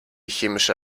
chemische